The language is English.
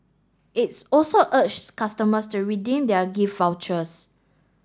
it's also urged customers to redeem their gift vouchers